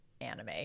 anime